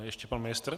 Ještě pan ministr.